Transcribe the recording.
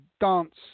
dance